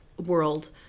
world